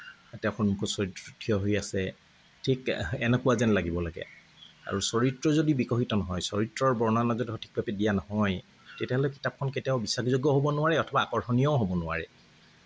তেওঁ চৰিত্ৰটোত থিয় হৈ আছে ঠিক এনেকুৱা যেন লাগিব লাগে আৰু চৰিত্ৰ যদি বিকশিত নহয় চৰিত্ৰৰ বৰ্ণনা যদি সঠিকভাৱে দিয়া নহয় তেতিয়াহ'লে কিতাপখন কেতিয়াও বিশ্ৱাসযোগ্য হ'ব নোৱাৰে অথবা আকৰ্ষণীয়ও হ'ব নোৱাৰে